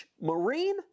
Marine